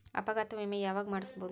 ಅಪಘಾತ ವಿಮೆ ಯಾವಗ ಮಾಡಿಸ್ಬೊದು?